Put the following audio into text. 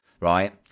right